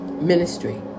ministry